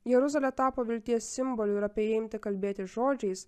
jeruzalė tapo vilties simboliu ir apie jį imti kalbėti žodžiais